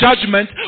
judgment